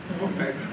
Okay